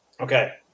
Okay